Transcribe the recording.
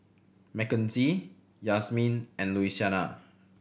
Makenzie Yazmin and Louisiana